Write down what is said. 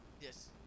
Yes